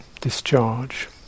discharge